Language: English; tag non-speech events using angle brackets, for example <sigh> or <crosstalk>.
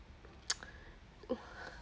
<noise>